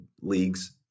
Leagues